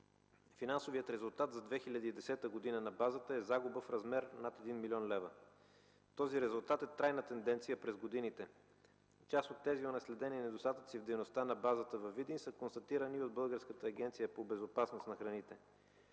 Финансовият резултат за 2010 г. на базата е загуба в размер над 1 млн. лв. Този резултат е трайна тенденция през годините. Част от тези онаследени недостатъци в дейността на базата във Видин са констатирани и от Българската агенция по безопасност на храните.